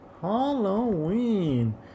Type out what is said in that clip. Halloween